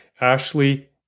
Ashley